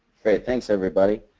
okay, thanks everybody.